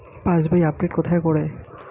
পাসবই update কোথায় করে?